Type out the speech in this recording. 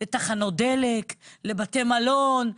לתחנות דלק, לבתי מלון.